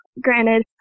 Granted